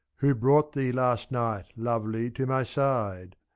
who brought thee last night lovely to my side?